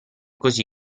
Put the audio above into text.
così